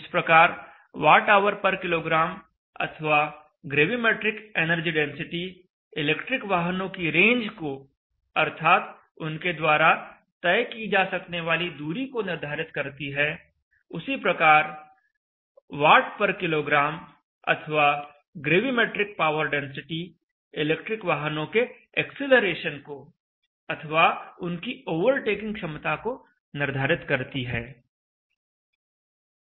जिस प्रकार Whkg अथवा ग्रेविमेट्रिक एनर्जी डेंसिटी इलेक्ट्रिक वाहनों की रेंज को अर्थात उनके द्वारा तय की जा सकने वाली दूरी को निर्धारित करती है उसी प्रकार Wkg अथवा ग्रेविमेट्रिक पावर डेंसिटी इलेक्ट्रिक वाहनों के एक्सीलरेशन को अथवा उनकी ओवरटेकिंग क्षमता को निर्धारित करती है